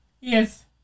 Yes